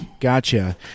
Gotcha